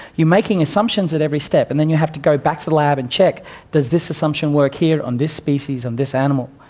you're making assumptions at every step and then you have to go back to the lab and check does this assumption work here on this species, on this animal?